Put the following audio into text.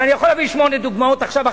אבל אני יכול להביא שמונה דוגמאות עכשיו,